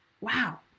wow